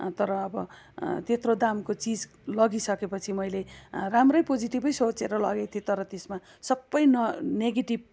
तर अब त्यत्रो दामको चिज लगिसकेपछि मैले राम्रै पोजिटिभै सोचेर लगेको थिएँ तर त्यसमा सबै न नेगेटिभ